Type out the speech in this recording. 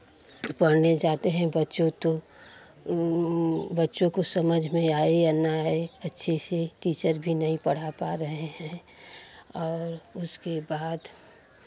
पढ़ने जाते हैं बच्चों तो बच्चों को समझ में आए या न आए अच्छे से टीचर भी नहीं पढ़ा पा रहे हैं और उसके बाद